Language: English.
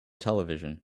television